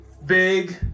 Big